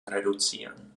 reduzieren